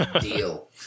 Deal